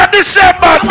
December